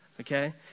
okay